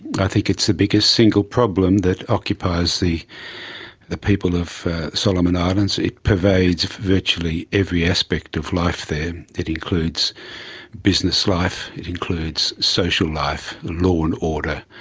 i think it's the biggest single problem that occupies the the people of solomon islands. it pervades virtually every aspect of life there. it includes business life, it includes social life, law and order.